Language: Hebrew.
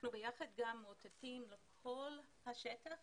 אנחנו ביחד מאותתים לכל השטח